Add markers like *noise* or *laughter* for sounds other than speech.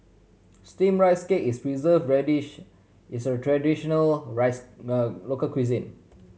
Steamed Rice Cake is Preserved Radish is a traditional rice *unintelligible* local cuisine